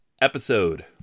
episode